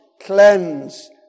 cleanse